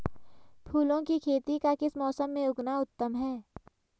फूलों की खेती का किस मौसम में उगना उत्तम है?